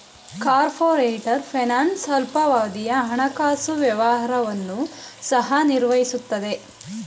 corporate finance ಅಲ್ಪಾವಧಿಯ ಹಣಕಾಸು ವ್ಯವಹಾರವನ್ನು ಸಹ ನಿರ್ವಹಿಸುತ್ತದೆ